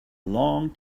long